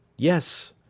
yes.